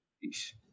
Peace